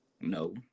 No